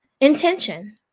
intention